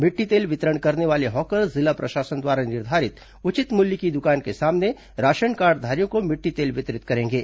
मिट्टी तेल वितरण करने वाले हॉकर जिला प्रशासन द्वारा निर्धारित उचित मूल्य की दुकान के सामने राशन कार्डधारियों को मिट्टी तेल वितरित करेंगे